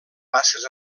basses